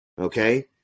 Okay